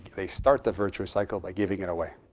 they start the virtuous cycle by giving it away.